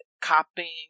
copying